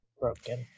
broken